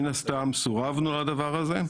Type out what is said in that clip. מן הסתם סורבנו לדבר הזה.